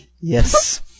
Yes